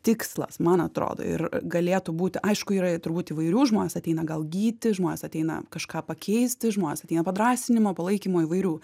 tikslas man atrodo ir galėtų būti aišku yra turbūt įvairių žmonės ateina gal gyti žmonės ateina kažką pakeisti žmonės ateina padrąsinimo palaikymo įvairių